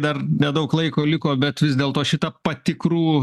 dar nedaug laiko liko bet vis dėlto šį tą patikrų